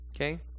Okay